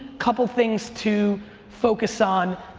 couple things to focus on.